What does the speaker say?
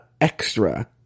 extra